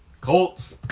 Colts